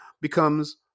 becomes